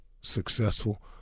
successful